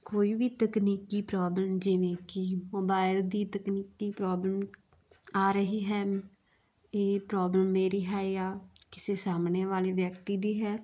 ਕੋਈ ਵੀ ਤਕਨੀਕੀ ਪ੍ਰੋਬਲਮ ਜਿਵੇਂ ਕਿ ਮੋਬਾਇਲ ਦੀ ਤਕਨੀਕੀ ਪ੍ਰੋਬਲਮ ਆ ਰਹੀ ਹੈ ਇਹ ਪ੍ਰੋਬਲਮ ਮੇਰੀ ਹੈ ਜਾਂ ਕਿਸੇ ਸਾਹਮਣੇ ਵਾਲੇ ਵਿਅਕਤੀ ਦੀ ਹੈ